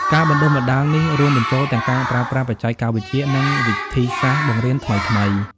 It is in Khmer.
ការបណ្តុះបណ្តាលនេះរួមបញ្ចូលទាំងការប្រើប្រាស់បច្ចេកវិទ្យា និងវិធីសាស្ត្របង្រៀនថ្មីៗ។